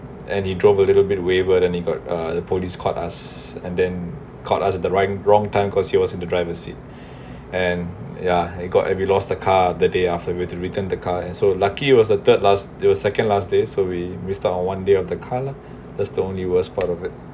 and he drove a little bit waiver then you got the police caught us and then caught us at the right wrong time cause he was in the driver's seat and ya you got every lost the car the day after you return the car and so lucky was the third last it was second last day so we wasted our one day of the car lah that's the only worst part of it